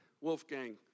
Wolfgang